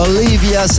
Olivia